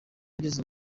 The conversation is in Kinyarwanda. ngize